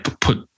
put